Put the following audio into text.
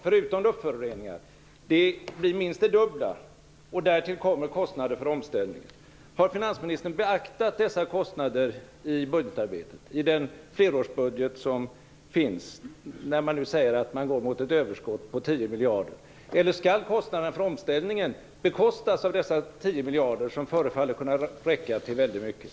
Förutom luftföroreningar, som blir minst de dubbla, tillkommer kostnader för omställningen. Har finansministern beaktat dessa kostnader i budgetarbetet, i den flerårsbudget som finns - man säger nu att man går mot ett överskott på 10 miljarder - eller skall omställningen bekostas av dessa 10 miljarder som förefaller räcka till väldigt mycket?